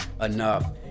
enough